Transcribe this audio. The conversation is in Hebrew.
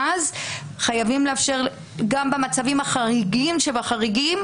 גם במצבים החריגים שבחריגים,